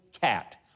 cat